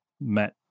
met